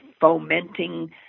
fomenting